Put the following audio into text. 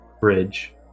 bridge